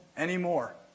anymore